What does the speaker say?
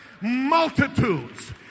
multitudes